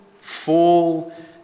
fall